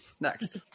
next